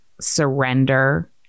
surrender